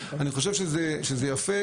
אני חושב שזה יפה.